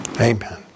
Amen